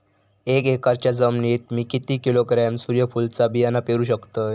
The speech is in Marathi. एक एकरच्या जमिनीत मी किती किलोग्रॅम सूर्यफुलचा बियाणा पेरु शकतय?